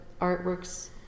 artworks